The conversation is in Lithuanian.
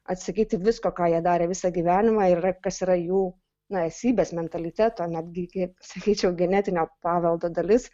atsisakyti visko ką jie darė visą gyvenimą ir yra kas yra jų na esybės mentaliteto netgi kaip sakyčiau genetinio paveldo dalis